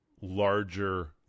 larger